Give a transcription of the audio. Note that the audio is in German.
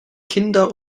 kinder